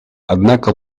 однако